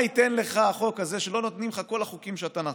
מה ייתן לך החוק הזה שלא נותנים לך כל החוקים שאתה נתת?